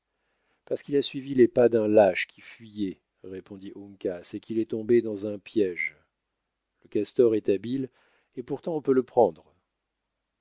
parce qu'il a suivi les pas d'un lâche qui fuyait répondit uncas et qu'il est tombé dans un piège le castor est habile et pourtant on peut le prendre